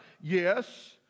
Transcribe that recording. Yes